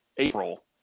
April